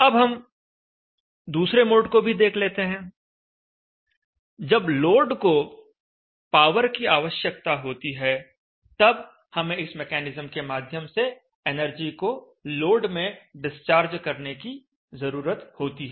अब हम दूसरे मोड को भी देख लेते हैं जब लोड को पावर की आवश्यकता होती है तब हमें इस मकैनिज्म के माध्यम से एनर्जी को लोड में डिस्चार्ज करने की जरूरत होती है